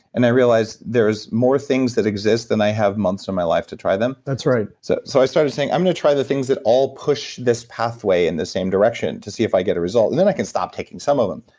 and i realize there's more things that exist and i have months of my life to try them that's right so, so i started saying i'm going to try the things that all push this pathway in the same direction, to see if i get a result. and then i can stop taking some of them.